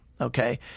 okay